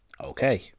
Okay